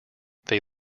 they